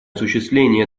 осуществление